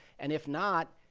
and if not,